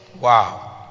Wow